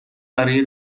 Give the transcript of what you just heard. برای